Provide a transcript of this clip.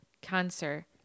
cancer